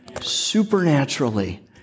supernaturally